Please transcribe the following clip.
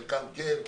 חלקם כן,